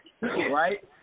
right